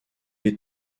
les